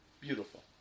beautiful